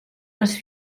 les